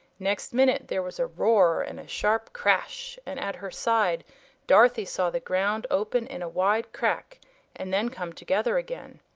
next minute there was a roar and a sharp crash, and at her side dorothy saw the ground open in a wide crack and then come together again.